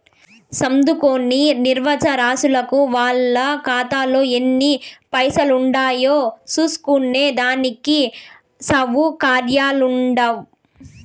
సదుంకోని నిరచ్చరాసులకు వాళ్ళ కాతాలో ఎన్ని పైసలుండాయో సూస్కునే దానికి సవుకర్యాలుండవ్